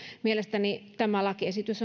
mielestäni tämä lakiesitys